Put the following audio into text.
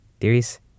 theories